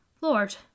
Lord